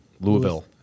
Louisville